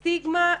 סטיגמה,